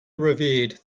revered